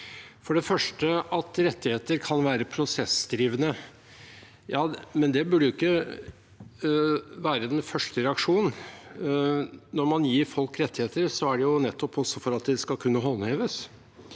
for det første at rettigheter kan være prosessdrivende. Ja, men det burde ikke være den første reaksjonen. Når man gir folk rettigheter, er det nettopp også for at de skal kunne håndheves.